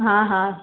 हा हा